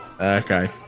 Okay